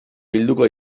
bilduko